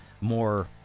more